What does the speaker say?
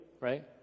right